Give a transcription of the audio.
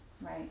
right